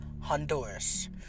Honduras